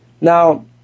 Now